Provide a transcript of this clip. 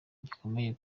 gikomeye